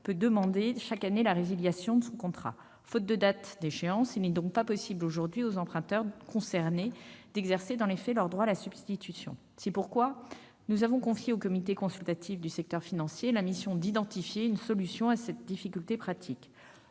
peut demander, chaque année, la résiliation de son contrat. En l'absence de date d'échéance, il n'est pas possible aujourd'hui aux emprunteurs concernés d'exercer, dans les faits, leur droit à la substitution. Nous avons confié au Comité consultatif du secteur financier la mission d'identifier une solution à cette difficulté pratique.